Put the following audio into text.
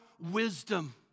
wisdom